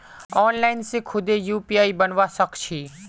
online से खुदे UPI बनवा सक छी